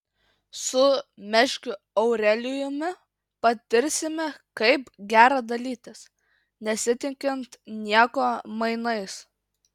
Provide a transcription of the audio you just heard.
su meškiu aurelijumi patirsime kaip gera dalytis nesitikint nieko mainais